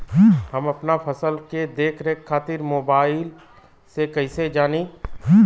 हम अपना फसल के देख रेख खातिर मोबाइल से कइसे जानी?